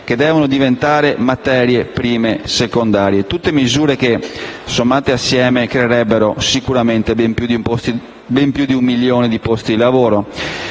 che devono diventare materie prime secondarie: tutte misure che, sommate tra di loro, creerebbero sicuramente ben più di un milione di posti di lavoro.